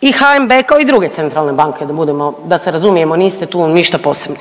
i HNB kao i druge centralne banke da budemo, da se razumijemo niste tu ništa posebni.